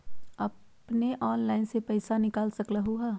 अपने ऑनलाइन से पईसा निकाल सकलहु ह?